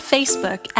Facebook